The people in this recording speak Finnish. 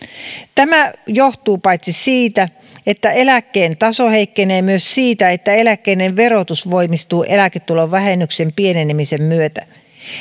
tämä johtuu paitsi siitä että eläkkeen taso heikkenee myös siitä että eläkkeiden verotus voimistuu eläketulovähennyksen pienenemisen myötä